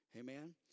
Amen